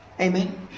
Amen